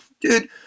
dude